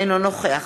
אינו נוכח